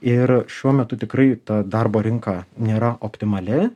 ir šiuo metu tikrai ta darbo rinka nėra optimali